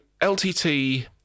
LTT